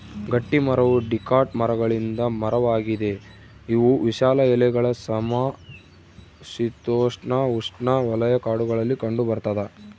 ಗಟ್ಟಿಮರವು ಡಿಕಾಟ್ ಮರಗಳಿಂದ ಮರವಾಗಿದೆ ಇವು ವಿಶಾಲ ಎಲೆಗಳ ಸಮಶೀತೋಷ್ಣಉಷ್ಣವಲಯ ಕಾಡುಗಳಲ್ಲಿ ಕಂಡುಬರ್ತದ